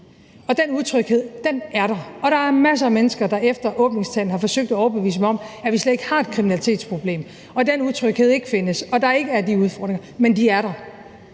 Den utryghed er der. Der er masser af mennesker, der efter åbningstalen har forsøgt at overbevise mig om, at vi slet ikke har et kriminalitetsproblem, at den utryghed ikke findes, og at der ikke er de udfordringer, men de er der.